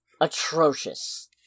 Atrocious